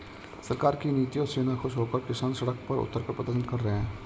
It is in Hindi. सरकार की नीतियों से नाखुश होकर किसान सड़क पर उतरकर प्रदर्शन कर रहे हैं